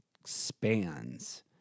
expands